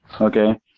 okay